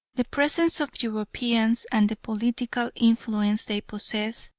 the presence of europeans, and the political influence they possess,